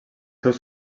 seus